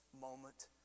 moment